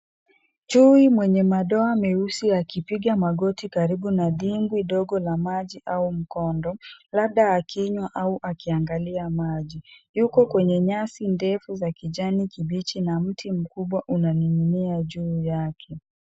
Chui mwenye madoa meusi akipiga magoti karibu na dimbwi dogo la maji au mkondo, labda akinywa au akiangalia maji. Yuko kwenye nyasi ndefu za kijani kibichi na mti mkubwa unaning'inia juu yake.